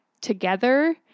together